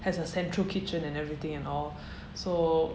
has a central kitchen and everything and all so